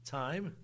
time